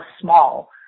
small